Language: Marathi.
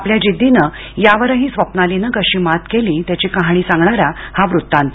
आपल्या जिद्दीने यावरसुद्धा स्वप्नालीनं कशी मात केली त्याची कहाणी सांगणारा हा वृत्तांत